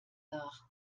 nach